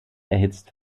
erhitzt